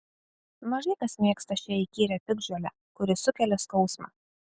mažai kas mėgsta šią įkyrią piktžolę kuri sukelia skausmą